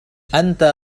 أنت